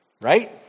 Right